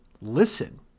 listen